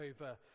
over